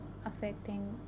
affecting